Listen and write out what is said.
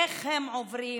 איך הם עוברים,